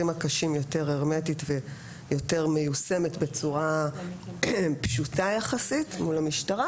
הקשים יותר הרמטית ויותר מיושמת בצורה פשוטה יחסית מול המשטרה,